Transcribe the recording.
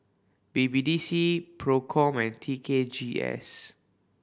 B B D C Procom and T K G S